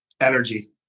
energy